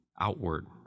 outward